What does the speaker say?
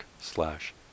slash